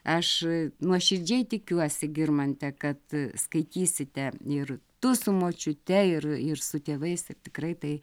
aš nuoširdžiai tikiuosi girmante kad skaitysite ir tu su močiute ir ir su tėvais ir tikrai tai